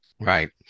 Right